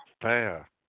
fair